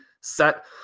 set